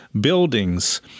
buildings